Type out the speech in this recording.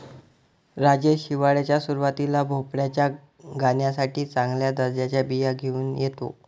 राजेश हिवाळ्याच्या सुरुवातीला भोपळ्याच्या गाण्यासाठी चांगल्या दर्जाच्या बिया घेऊन येतो